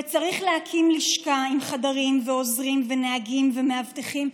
וצריך להקים לשכה עם חדרים ועוזרים ונהגים ומאבטחים,